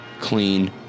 clean